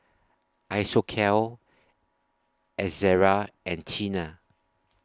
Isocal Ezerra and Tena